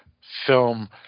film